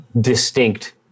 distinct